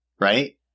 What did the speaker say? right